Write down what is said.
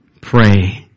pray